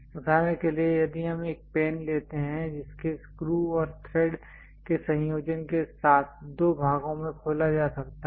उदाहरण के लिए यदि हम एक पेन लेते हैं जिसे स्क्रू और थ्रेड के संयोजन के साथ दो भागों में खोला जा सकता है